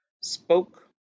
spoke